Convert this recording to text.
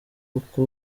uko